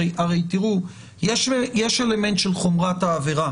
תראו, יש אלמנט של חומרת העבירה,